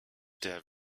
der